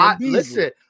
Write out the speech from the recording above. Listen